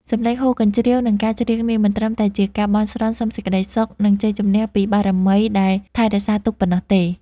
សំឡេងហ៊ោរកញ្ជ្រៀវ និងការច្រៀងនេះ មិនត្រឹមតែជាការបន់ស្រន់សុំសេចក្តីសុខ និងជ័យជំនះពីបារមីដែលថែរក្សាទូកងប៉ុណ្ណោះទេ។